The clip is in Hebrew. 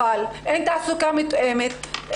אבל אין תעסוקה מותאמת,